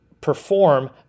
perform